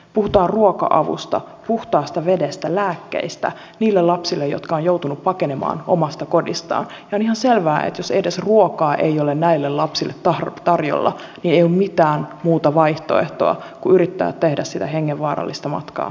puhutaan ruoka avusta puhtaasta vedestä lääkkeistä niille lapsille jotka ovat joutuneet pakenemaan omasta kodistaan ja on ihan selvää että jos edes ruokaa ei ole näille lapsille tarjolla niin ei ole mitään muuta vaihtoehtoa kuin yrittää tehdä sitä hengenvaarallista matkaa välimeren yli